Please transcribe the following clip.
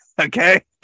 Okay